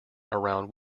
around